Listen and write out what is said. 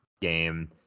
game